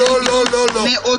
לא, לא, לא, לא.